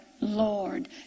Lord